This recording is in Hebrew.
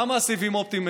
למה הסיבים האופטיים,